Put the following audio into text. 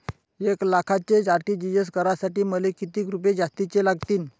एक लाखाचे आर.टी.जी.एस करासाठी मले कितीक रुपये जास्तीचे लागतीनं?